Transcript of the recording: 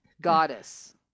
goddess